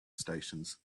stations